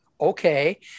Okay